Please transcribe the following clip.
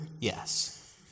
Yes